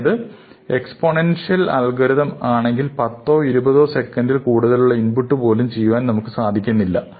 അതായത് exponential algorithm ആണെങ്കിൽ പത്തോ ഇരുപതോ സൈസിൽ കൂടുതലുള്ള ഇൻപുട്ട് പോലും ചെയ്യുവാൻ നമുക്ക് കഴിയില്ല